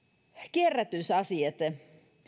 kierrätysasiat